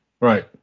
right